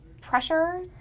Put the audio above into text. pressure